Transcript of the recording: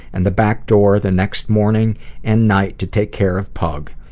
and the backdoor the next morning and night to take care of pug.